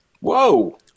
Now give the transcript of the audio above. whoa